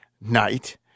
night